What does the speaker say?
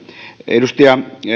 edustaja